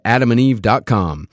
AdamandEve.com